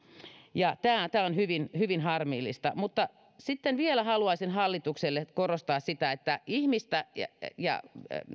tämä tämä on hyvin hyvin harmillista mutta sitten vielä haluaisin hallitukselle korostaa sitä että ihmistä